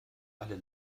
alle